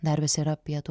dar vis yra pietų